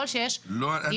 לא, אני